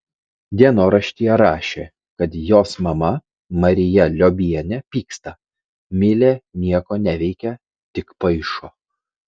dienoraštyje rašė kad jos mama marija liobienė pyksta milė nieko neveikia tik paišo